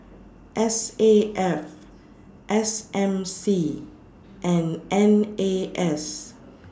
S A F S M C and N A S